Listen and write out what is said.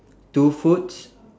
two foods